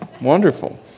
Wonderful